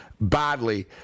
badly